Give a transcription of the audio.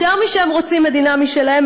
יותר משהם רוצים מדינה משלהם,